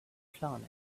planet